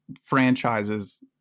franchises